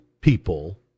people